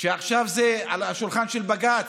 עכשיו זה על השולחן של בג"ץ.